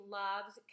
loves